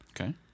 Okay